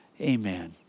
Amen